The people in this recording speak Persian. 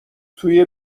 توی